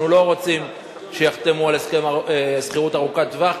אנחנו לא רוצים שיחתמו על הסכם שכירות ארוכת-טווח,